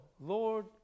Lord